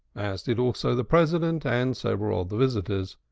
as did also the president and several of the visitors,